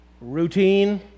Routine